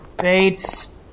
Bates